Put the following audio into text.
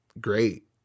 great